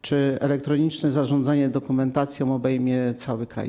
Czy elektroniczne zarządzanie dokumentacją obejmie cały kraj?